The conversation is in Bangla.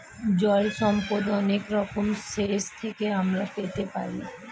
জল সম্পদ অনেক রকম সোর্স থেকে আমরা পেতে পারি